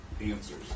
answers